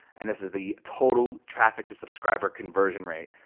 and this is the total traffic to subscriber conversion rate.